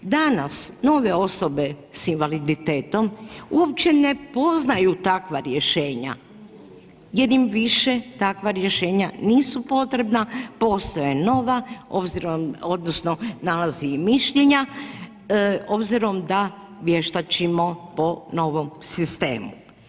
Danas nove osobe sa invaliditetom uopće ne poznaju takva rješenja jer im više takva rješenja nisu potrebna, postoje nova obzirom, odnosno nalazi i mišljenja, obzirom da vještačimo po novom sistemu.